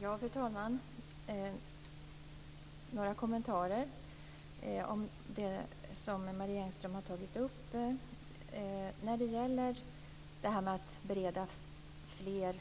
Fru talman! Jag har några kommentarer om det som Marie Engström har tagit upp. Frågan om att bereda fler